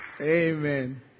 amen